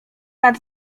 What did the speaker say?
nad